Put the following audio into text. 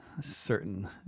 certain